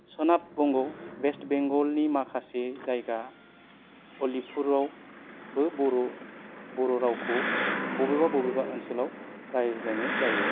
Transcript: सोनाब बंग वेस्ट बेंगलनि माखासे जायगा हलिफुरावबो बर' बर' रावखौ बबेबा बबेबा ओनसोलाव रायज्लायनाय जायो